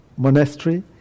Monastery